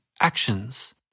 actions